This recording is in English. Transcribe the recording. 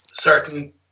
certain